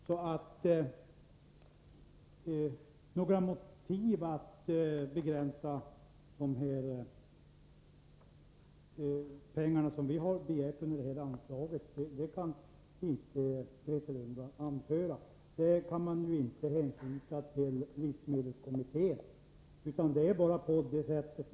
Grethe Lundblad kan inte anföra några motiv till att det begärda anslaget skall begränsas. I det fallet kan man inte hänvisa till livsmedelskommittén.